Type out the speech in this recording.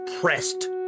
pressed